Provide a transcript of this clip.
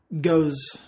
goes